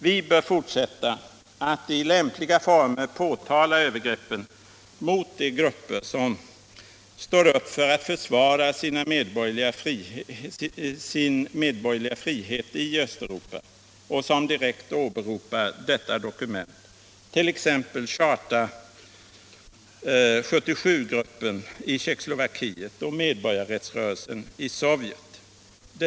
Vi bör fortsätta att påtala övergreppen mot de grupper som står upp för att försvara sin medborgerliga frihet i Östeuropa och som direkt åberopar detta dokument, t.ex. Charta 77-gruppen i Tjeckoslovakien och medborgarrättsrörelsen i Sovjet.